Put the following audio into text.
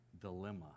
dilemma